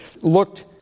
looked